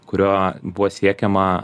kuriuo buvo siekiama